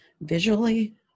visually